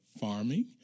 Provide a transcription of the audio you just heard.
farming